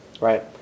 right